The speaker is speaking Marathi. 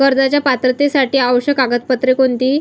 कर्जाच्या पात्रतेसाठी आवश्यक कागदपत्रे कोणती?